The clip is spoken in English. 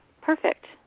perfect